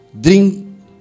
drink